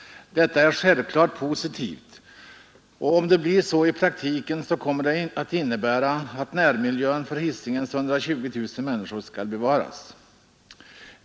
Detta är självfallet positivt, och om det blir så i praktiken kommer det att innebära att en god närmiljö för Hisingens 120 000 människor bevaras.